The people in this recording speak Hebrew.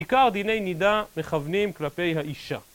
בעיקר דיני נידה מכוונים כלפי האישה